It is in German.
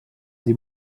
die